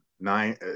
nine